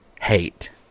hate